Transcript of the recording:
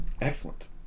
Excellent